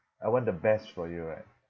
I want the best for you right